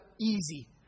easy